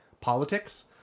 politics